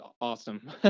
awesome